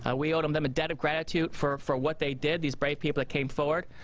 ah we owe them them a debt of gratitude for for what they did, these brave people that came forward.